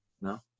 no